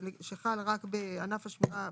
שחל רק בענף השמירה,